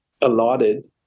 allotted